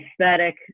aesthetic